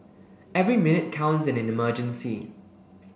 every minute counts in an emergency